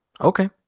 Okay